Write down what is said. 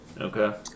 Okay